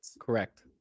Correct